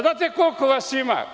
Znate koliko vas ima?